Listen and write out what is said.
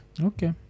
Okay